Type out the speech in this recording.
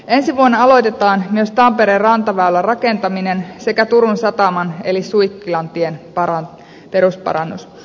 ensi vuonna aloitetaan myös tampereen rantaväylän rakentaminen sekä turun sataman eli suikkilantien perusparannus